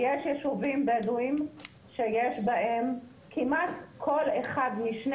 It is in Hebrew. יש יישובים בדואיים בהם כמעט כל אחד מתוך שני